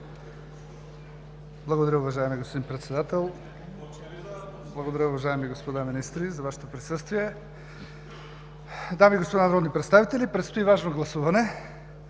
Благодаря, уважаеми господин Председател. Благодаря, уважаеми господа министри, за Вашето присъствие. Дами и господа народни представители, предстои важно гласуване